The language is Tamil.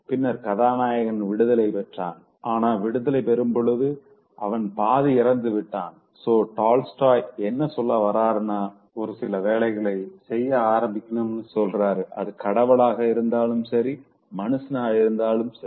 பின்னர் கதாநாயகன் விடுதலை பெற்றான் ஆனா விடுதலை பெறும் பொழுது அவன் பாதி இறந்து விட்டான் சோ டால்ஸ்டாய் என்ன சொல்ல வராருனா ஒரு சில வேலைகளை செய்ய ஆரம்பிக்கனும்னு சொல்றாரு அது கடவுளாக இருந்தாலும் சரி மனுஷனா இருந்தாலும் சரி